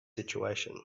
situation